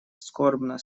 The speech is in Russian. скорбно